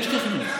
יש תכנון.